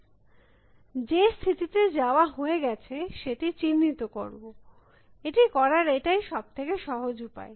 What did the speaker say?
ছাত্র যে স্থিতিতে যাওয়া হয়ে গাছে সেটি চিহ্নিত কর এটি করার এটাই সব থেকে সহজ উপায়